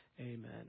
Amen